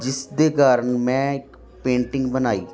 ਜਿਸ ਦੇ ਕਾਰਨ ਮੈਂ ਇੱਕ ਪੇਂਟਿੰਗ ਬਣਾਈ